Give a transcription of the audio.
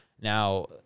Now